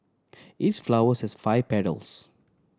each flowers has five petals